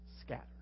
scattered